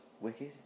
Wicked